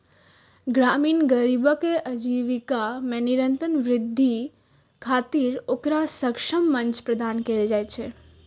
ग्रामीण गरीबक आजीविका मे निरंतर वृद्धि खातिर ओकरा सक्षम मंच प्रदान कैल जाइ छै